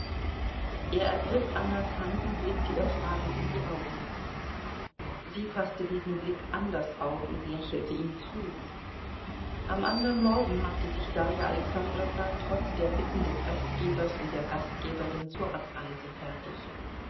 er ergriff annas hand und blickte ihr fragend in die augen sie faßte diesen blick anders auf und lächelte ihm zu am andern morgen machte sich darja alexandrowna trotz der bitten des gastgebers und der gastgeberin zur abreise fertig